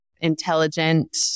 intelligent